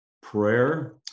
prayer